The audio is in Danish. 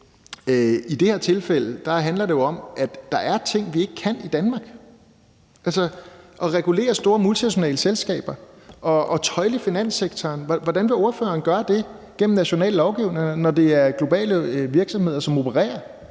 i det her tilfælde handler det jo om, at der er ting, vi ikke kan i Danmark. Altså, hvordan vil ordføreren regulere store multinationale selskaber og tøjle finanssektoren gennem national lovgivning, når det er globale virksomheder, som opererer?